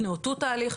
את נאותות ההליך,